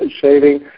saving